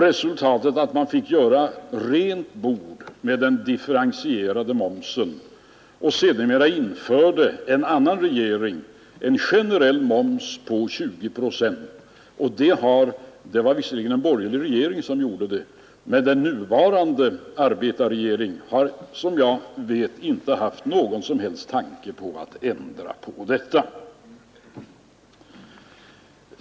Resultatet blev att man fick göra rent bord med den differentierade momsen, och sedermera införde en annan regering en generell moms på 20 procent — det var visserligen en borgerlig regering som gjorde det, men den nuvarande arbetarregeringen har, som jag vet, inte någon som helst tanke på att ändra på detta.